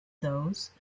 those